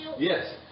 Yes